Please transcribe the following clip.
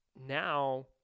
now